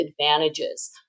advantages